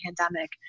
pandemic